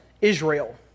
Israel